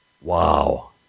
Wow